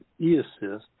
eAssist